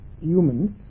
humans